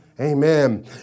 Amen